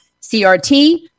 CRT